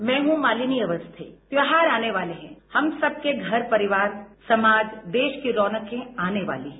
मैं हूं मालिनी अवस्थी त्यौहार आने वाले है हम सबके घर परिवार समाज देश की रौनकें आने वाली है